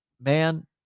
man